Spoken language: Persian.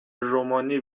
رومانی